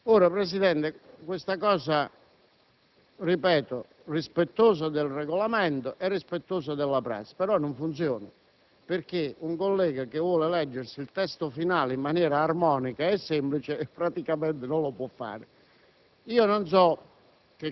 Presidente, ciò è - lo ripeto - rispettoso del Regolamento e della prassi, però non funziona, perché un collega che voglia leggere il testo finale in maniera armonica e semplice praticamente non lo può fare.